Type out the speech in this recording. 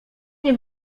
nie